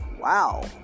wow